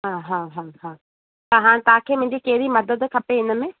हा हा हा हा त हाणे तव्हांखे मुंहिंजी कहिड़ी कहिड़ी मदद खपे इनमें